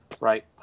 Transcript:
right